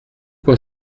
quoi